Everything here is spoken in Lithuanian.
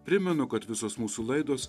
primenu kad visos mūsų laidos